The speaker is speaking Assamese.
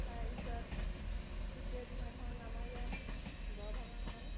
তাৰ পিছত তৃতীয় দিনাখন আমাৰ ইয়াত বৰ ভঙা হয়